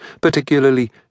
particularly